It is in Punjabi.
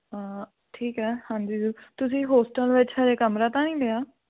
ਠੀਕ ਆ ਹਾਂਜੀ ਤੁਸੀਂ ਹੋਸਟਲ ਵਿੱਚ ਅਜੇ ਕਮਰਾ ਤਾਂ ਨਹੀਂ ਲਿਆ